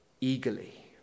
eagerly